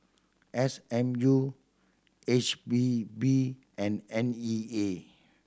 S M U H P B and N E A